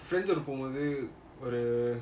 friends ஓட போகும் போது ஒரு:ooda pogum bothu oru